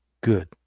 Good